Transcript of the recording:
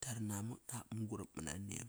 kiara namak dam mun-gurap mana nem.